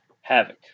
Havoc